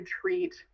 treat